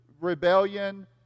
rebellion